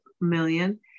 million